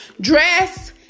Dress